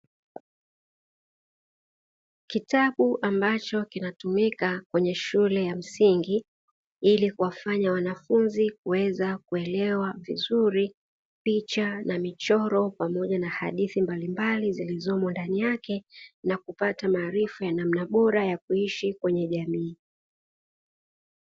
Kitabu ambacho kinatumika kwenye shule ya msingi, ili kuwafanya wanafunzi kuweza kuelewa vizuri picha na michoro pamoja na hadithi mbalimbali zilizomo ndani yake, na kupata maarifa ya namna bora ya kuishi kwenye jamii.